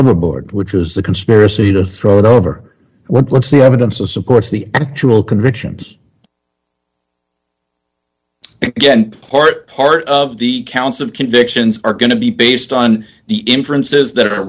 overboard which was the conspiracy to throw it over what's the evidence of supports the actual convictions again part part of the counts of convictions are going to be based on the inference is that a